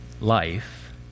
life